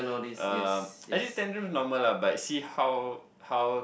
um actually tantrums normal lah but see how how